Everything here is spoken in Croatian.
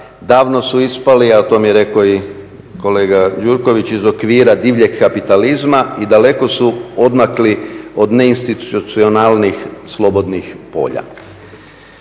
davno su ispali, a to mi je rekao i kolega Gjurković iz okvira divljeg kapitalizma i daleko su odmakli od neinstitucionalnih slobodnih polja.